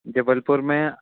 जबलपुर में